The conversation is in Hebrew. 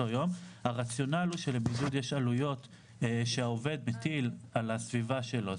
הרציונל הוא שלבידוד יש עלויות שהעובד מטיל על הסביבה שלו.